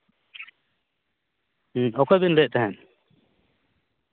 ᱚᱠᱚᱭ ᱵᱮᱱ ᱞᱟᱹᱭᱮᱫ ᱛᱟᱦᱮᱸᱫ